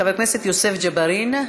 חבר הכנסת יוסף ג'בארין,